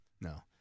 no